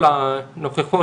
בוקר טוב לכולם,